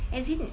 as in